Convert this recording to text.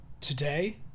today